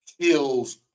kills